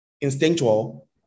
instinctual